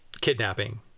kidnapping